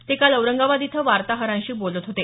ते काल औरंगाबाद इथं वार्ताहरांशी बोलत होते